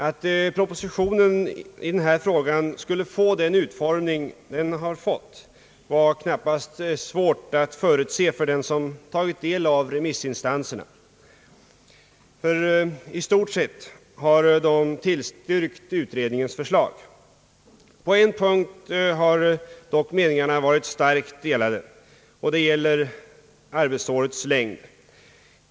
Att propositionen i den här frågan skulle få den utformning den fått var knappast svårt att förutse för den som tagit del av remissinstansernas yttranden, ty de har i stort sett tillstyrkt utredningens förslag. På en punkt har meningarna dock varit starkt delade, och det gäller arbetsårets längd.